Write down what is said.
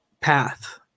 path